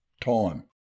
Time